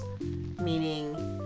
meaning